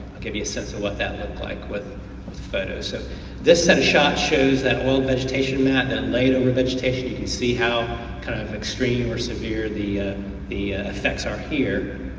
i'll give you a sense of what that looked like with photos. so this set of shots shows that oil vegetation that that laid over vegetation, you can see kinda how kind of extreme or severe the the effects are here.